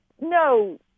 no